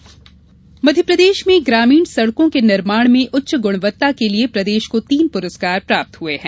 पुरस्कार मध्यप्रदेश में ग्रामीण सड़कों के निर्माण में उच्च ग्रणवत्ता के लिये प्रदेश को तीन पुरस्कार प्राप्त हुए हैं